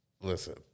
Listen